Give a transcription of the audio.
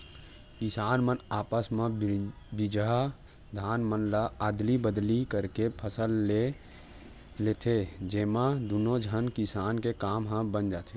किसान मन आपस म बिजहा धान मन ल अदली बदली करके फसल ले लेथे, जेमा दुनो झन किसान के काम ह बन जाथे